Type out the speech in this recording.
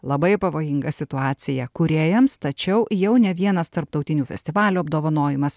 labai pavojinga situacija kūrėjams tačiau jau ne vienas tarptautinių festivalių apdovanojimas